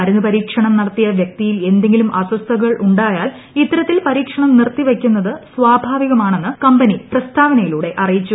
മരുന്നു പരീക്ഷണം നടത്തിയ വ്യക്തിയിൽ എന്തെങ്കിലും അസ്വസ്ഥതകൾ ഉണ്ടായാൽ ഇത്തരത്തിൽ പരീക്ഷണം നിർത്തി വയ്ക്കുന്നത് സ്വാഭാവികമാണെന്ന് കമ്പനി പ്രസ്താവനയിലൂടെ അറിയിച്ചു